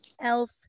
elf